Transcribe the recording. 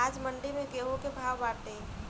आज मंडी में गेहूँ के का भाव बाटे?